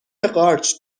قارچ